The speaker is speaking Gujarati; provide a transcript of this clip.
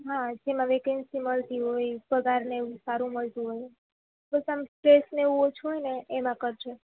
હા જેમા વેકેન્સી મળતી હોય પગાર ને એવું સારું મળતું હોય તો બસ આમ સ્ટ્રેસ ને એવું ઓછું હોય એમાં કરજે